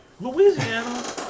Louisiana